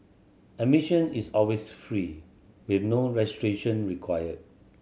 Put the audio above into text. admission is always free with no registration required